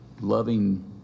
loving